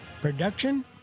production